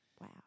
wow